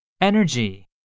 Energy